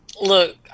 look